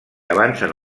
avancen